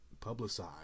publicize